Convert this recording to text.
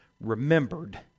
remembered